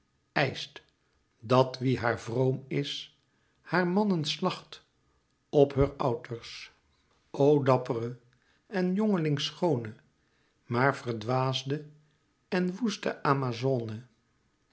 eischt dat wie haar vroom is haar mannen slacht op heur outers o dappere en jongelingschoone maar verdwaasde en woeste amazone